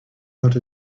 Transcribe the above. out